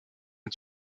est